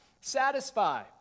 satisfy